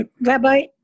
Rabbi